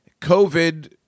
COVID